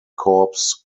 corps